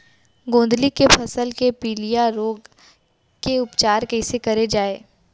गोंदली के फसल के पिलिया रोग के उपचार कइसे करे जाये?